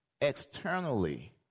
Externally